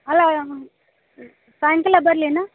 ಅಲ್ಲ ಸಾಯಂಕಾಲ ಬರ್ಲೇನು